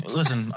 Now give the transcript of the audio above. Listen